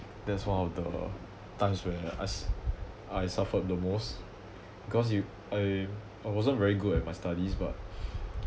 that's one of the times where is~ I suffered the most because you I I wasn't very good at my studies but